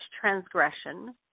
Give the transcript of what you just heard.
transgression